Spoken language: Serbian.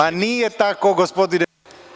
Ma nije tako gospodine.